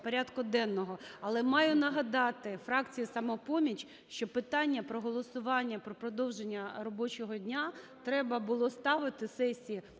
порядку денного. Але маю нагадати фракції "Самопоміч", що питання про голосування про продовження робочого дня треба було ставити сесії